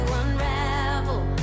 unravel